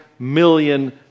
million